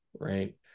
right